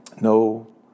No